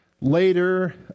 Later